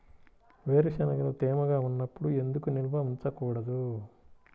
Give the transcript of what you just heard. వేరుశనగలు తేమగా ఉన్నప్పుడు ఎందుకు నిల్వ ఉంచకూడదు?